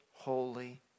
Holy